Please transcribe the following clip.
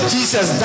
Jesus